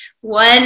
One